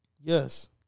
Yes